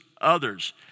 others